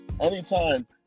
anytime